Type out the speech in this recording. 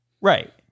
Right